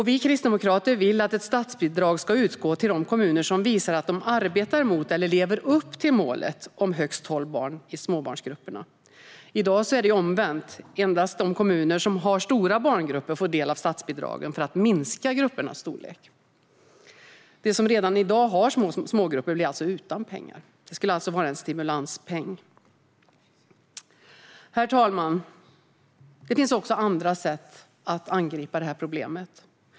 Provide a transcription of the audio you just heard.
Vi kristdemokrater vill att ett statsbidrag ska utgå till de kommuner som visar att de arbetar mot eller lever upp till målet om högst tolv barn i småbarnsgrupperna. I dag är det omvänt. Endast de kommuner som har stora barngrupper får del av statsbidragen för att minska gruppernas storlek. De som redan i dag har små grupper blir utan pengar. Detta skulle alltså vara en stimulanspeng. Herr talman! Det finns också andra sätt att angripa detta problem.